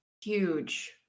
huge